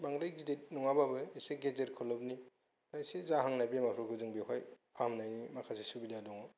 बांद्राय गिदिर नङाब्लाबो एसे गेजेर खलबनि एसे जाहांनाय बेमारफोरखौ जों बेहाय फाहामनायनि माखासे सुबिदा दं